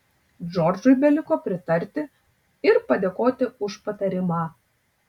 džordžui beliko pritarti ir padėkoti už patarimą